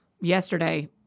Yesterday